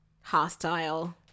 hostile